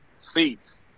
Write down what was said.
seats